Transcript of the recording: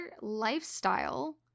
lifestyle